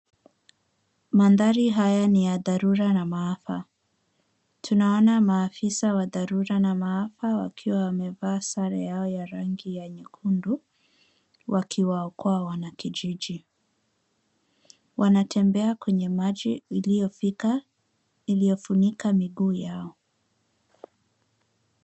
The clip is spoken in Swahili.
Mandhari haya ni ya dharura na maafa . Tunaona maafisa wa dharura na maafa wakiwa wamevaa sare yao ya rangi ya nyekundu wakiwaokoa wanakijiji . Wanatembea kwenye maji iliyofunika miguu yao.